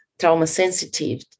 trauma-sensitive